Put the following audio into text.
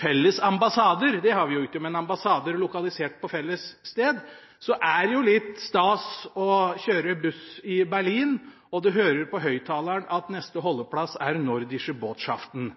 felles ambassader, det har vi jo ikke – ambassader lokalisert på felles sted. Da er det litt stas å kjøre buss i Berlin og man hører på høyttaleren at neste holdeplass er Nordische Botschaften.